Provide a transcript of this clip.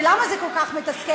ולמה זה כל כך מתסכל?